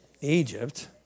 Egypt